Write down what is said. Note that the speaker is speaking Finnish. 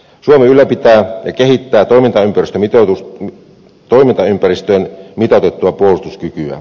suomi ylläpitää ja kehittää toimintaympäristöön mitoitettua puolustuskykyä